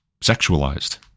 sexualized